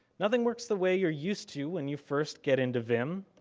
nothing works the way you're used to when you first get into vim.